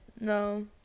No